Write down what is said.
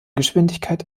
geschwindigkeit